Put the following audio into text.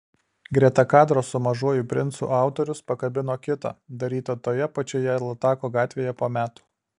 greta kadro su mažuoju princu autorius pakabino kitą darytą toje pačioje latako gatvėje po metų